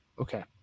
Okay